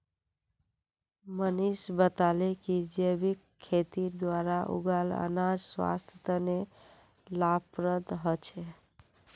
मनीष बताले कि जैविक खेतीर द्वारा उगाल अनाज स्वास्थ्य तने लाभप्रद ह छे